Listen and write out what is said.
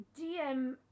dm